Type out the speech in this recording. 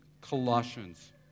Colossians